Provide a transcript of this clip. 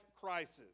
crisis